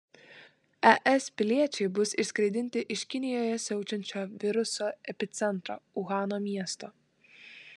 es piliečiai bus išskraidinti iš kinijoje siaučiančio viruso epicentro uhano miesto